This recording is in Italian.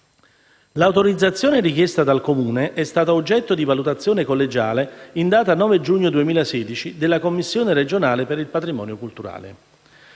L'autorizzazione richiesta dal Comune è stata oggetto di valutazione collegiale in data 9 giugno 2016 della Commissione regionale per il patrimonio culturale.